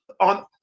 on